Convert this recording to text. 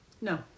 no